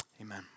amen